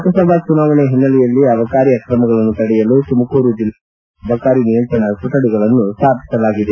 ಲೋಕಸಭಾ ಚುನಾವಣೆಯ ಹಿನ್ನೆಲೆಯಲ್ಲಿ ಅಬಕಾರಿ ಅಕ್ರಮಗಳನ್ನು ತಡೆಯಲು ತುಮಕೂರು ಜಿಲ್ಲೆಯ ಎಲ್ಲ ತಾಲೂಕು ಅಬಕಾರಿ ನಿಯಂತ್ರಣ ಕೊಠಡಿಗಳನ್ನು ಸ್ವಾಪಿಸಲಾಗಿದೆ